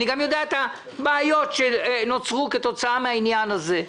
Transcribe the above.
אני גם יודע את הבעיות שנוצרו כתוצאה מהעניין הזה.